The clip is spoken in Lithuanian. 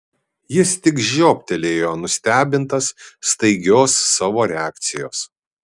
jis tik žioptelėjo nustebintas staigios savo reakcijos